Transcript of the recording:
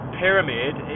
pyramid